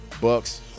Bucks